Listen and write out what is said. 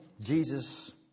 Jesus